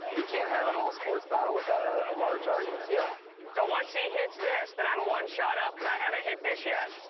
can't have an all sports battle without ah a large argument. yeah. so once he hits this, then i'm one shot up cause i haven't hit this yet.